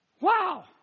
Wow